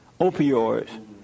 opioids